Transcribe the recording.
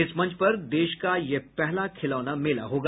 इस मंच पर देश का यह पहला खिलौना मेला होगा